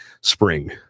spring